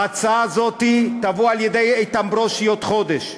ההצעה הזאת תבוא על-ידי איתן ברושי בעוד חודש,